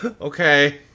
Okay